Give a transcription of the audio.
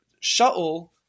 Shaul